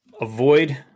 Avoid